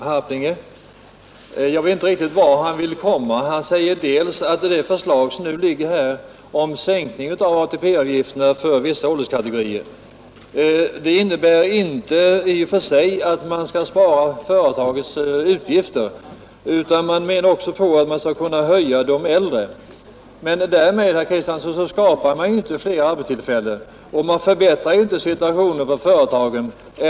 Herr talman! Bara några ord till herr Kristiansson i Harplinge. Jag vet inte riktigt vart herr Kristiansson vill komma. Han säger att det förslag om en sänkning av ATP-avgifterna för vissa ålderskategorier som nu ligger på riksdagens bord inte enbart syftar till att hålla företagens utgifter nere, utan avsikten är också att förbättra för de äldre arbetstagarna. Ja, men därmed skapar man ju inte fler arbetstillfällen, herr Kristiansson. Och man förbättrar inte situationen för företagen.